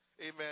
amen